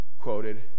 quoted